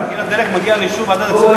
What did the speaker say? אתה רוצה שיהיה, אוטומטית, שלא